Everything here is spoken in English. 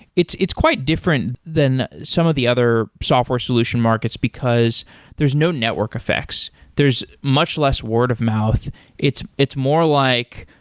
it's it's quite different than some of the other software solution markets, because there's no network effects. there's much less word-of-mouth. it's it's more like,